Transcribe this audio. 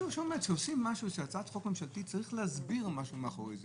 כשכותבים הצעת חוק ממשלתית צריך להסביר מה עומד מאחורי זה: